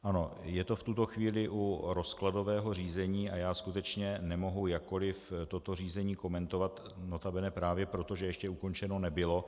Ano, je to v tuto chvíli u rozkladového řízení a já skutečně nemohu jakkoliv toto řízení komentovat, nota bene právě proto, že ještě ukončeno nebylo.